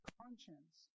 conscience